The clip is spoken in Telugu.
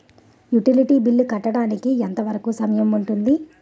యుటిలిటీ బిల్లు కట్టడానికి ఎంత వరుకు సమయం ఉంటుంది?